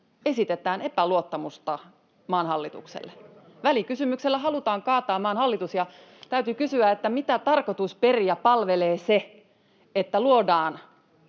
me teihin luotetakaan!] Välikysymyksellä halutaan kaataa maan hallitus, ja täytyy kysyä, mitä tarkoitusperiä palvelee se, että luodaan